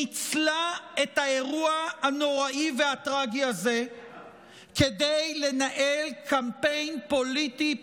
ניצלו את האירוע הנוראי והטרגי הזה כדי לנהל קמפיין פוליטי,